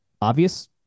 obvious